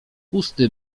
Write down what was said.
pusty